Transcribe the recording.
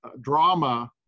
drama